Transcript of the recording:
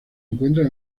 encuentran